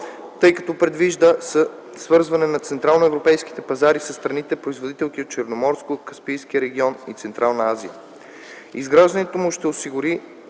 тъй като предвижда свързване на централноевропейските пазари със страните-производителки от Черноморско-Каспийския регион и Централна Азия. Изграждането му ще осигури